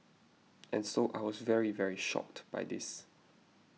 and so I was very very shocked by this